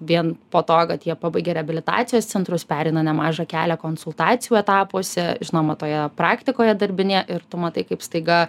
vien po to kad jie pabaigė reabilitacijos centrus pereina nemažą kelią konsultacijų etapuose žinoma toje praktikoje darbinėje ir tu matai kaip staiga